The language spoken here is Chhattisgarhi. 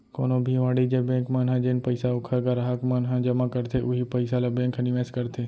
कोनो भी वाणिज्य बेंक मन ह जेन पइसा ओखर गराहक मन ह जमा करथे उहीं पइसा ल बेंक ह निवेस करथे